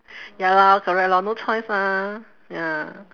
ya lor correct lor no choice ah ya